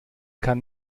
kann